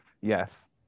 yes